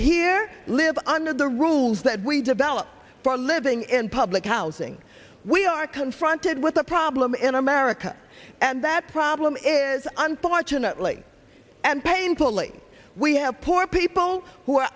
here live under the rules that we develop for living in public housing we are confronted with a problem in america and that problem is an parchin atlee and painfully we have poor people who are